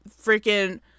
freaking